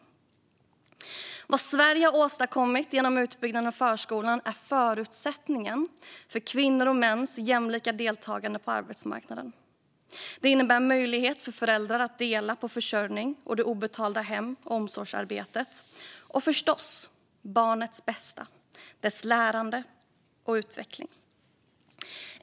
Vad Sverige har åstadkommit genom utbyggnaden av förskolan är förutsättningen för kvinnors och mäns jämlika deltagande på arbetsmarknaden. Det innebär möjlighet för föräldrar att dela på försörjning och det obetalda hem och omsorgsarbetet - och förstås barnets bästa, dess lärande och utveckling.